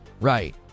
Right